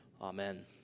Amen